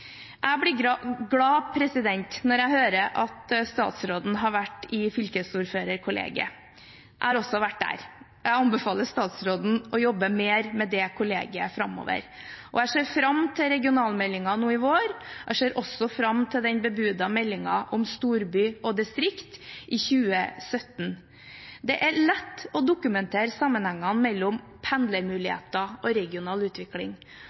Jeg blir glad når jeg hører at statsråden har vært i fylkesordførerkollegiet. Jeg har også vært der. Jeg anbefaler statsråden å jobbe mer med det kollegiet framover. Jeg ser fram til regionalmeldingen nå i vår. Jeg ser også fram til den bebudede meldingen om storby og distrikt i 2017. Det er lett å dokumentere sammenhengen mellom pendlermuligheter og regional utvikling.